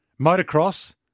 motocross